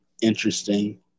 interesting